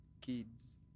kids